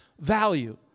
value